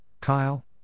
Kyle